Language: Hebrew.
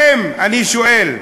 אני שואל: